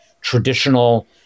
traditional